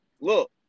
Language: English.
look